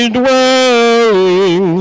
dwelling